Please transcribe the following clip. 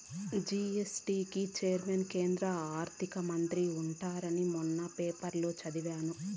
GST కి chairman కేంద్ర ఆర్థిక మంత్రి ఉంటారని మొన్న పేపర్లో చదివాను